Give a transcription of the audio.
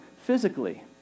physically